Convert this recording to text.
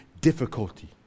difficulty